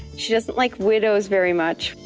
she doesn't like widows very much.